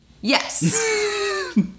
Yes